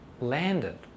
landed